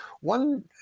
one